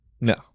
No